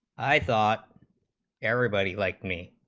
i thought everybody liked me